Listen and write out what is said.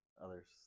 Others